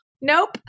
Nope